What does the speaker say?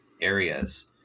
areas